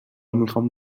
میخواهم